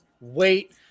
wait